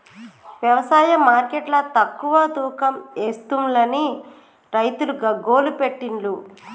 వ్యవసాయ మార్కెట్ల తక్కువ తూకం ఎస్తుంలని రైతులు గగ్గోలు పెట్టిన్లు